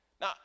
Now